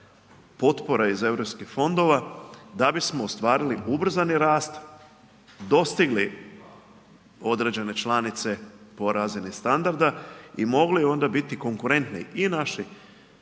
potpora iz eu fondova da bismo ostvarili ubrzani rast, dostigli, određene članice po razini standarda i mogli onda biti konkurentni i naši